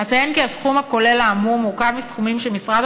אציין כי הסכום הכולל האמור מורכב מסכומים שמשרד